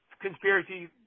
conspiracy